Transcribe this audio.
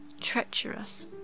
Treacherous